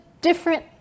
different